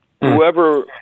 whoever